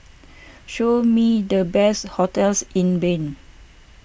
show me the best hotels in Bern